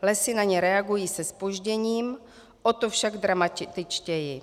Lesy na ně reagují se zpožděním, o to však dramatičtěji.